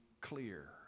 clear